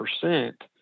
percent